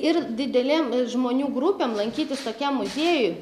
ir didelėm žmonių grupėm lankytis tokiam muziejuj